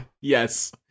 Yes